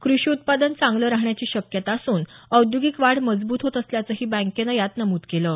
कृषी उत्पादन चांगलं राहण्याची शक्यता असून औद्योगिक वाढ मजबूत होत असल्याचंही बँकेनं यात नमूद केलं आहे